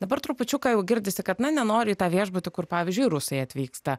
dabar trupučiuką jau girdisi kad na nenori į tą viešbutį kur pavyzdžiui rusai atvyksta